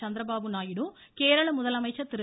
சந்திரபாபு நாயுடு கேரள முதலமைச்சர் திரு